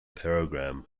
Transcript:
program